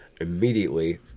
immediately